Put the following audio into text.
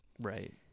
right